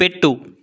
పెట్టు